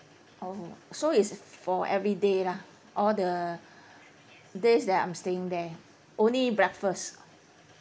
oh so is for everyday lah or the days that I'm staying there only breakfast